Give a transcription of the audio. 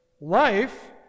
life